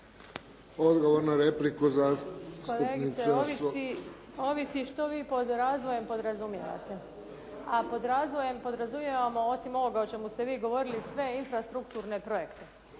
Dubravka (HDZ)** Kolegice ovisi, ovisi što vi pod razvojem podrazumijevate. A pod razvojem podrazumijevamo osim ovoga o čemu ste vi govorili sve infrastrukturne projekte.